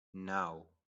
naŭ